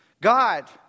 God